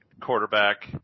quarterback